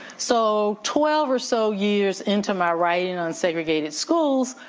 so twelve or so years into my writing on segregated schools,